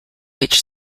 which